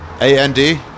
A-N-D